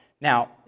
Now